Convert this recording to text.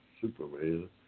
Superman